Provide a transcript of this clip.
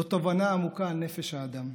זו תובנה עמוקה על נפש האדם.